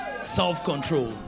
Self-control